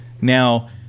now